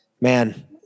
man